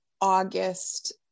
August